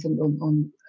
on